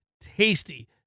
tasty